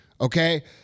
okay